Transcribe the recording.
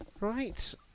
Right